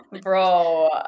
bro